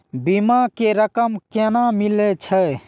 बीमा के रकम केना मिले छै?